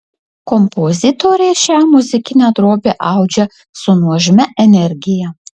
kompozitorė šią muzikinę drobę audžia su nuožmia energija